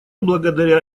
благодаря